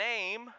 name